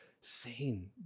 sane